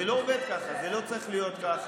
זה לא עובד ככה, זה לא צריך להיות ככה,